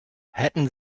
hätten